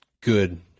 good